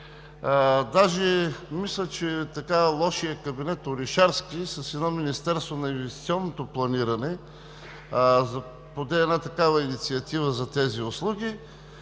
даже мисля, че лошият кабинет Орешарски с едно Министерство на инвестиционното планиране поде такава инициатива за тези услуги.